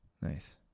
nice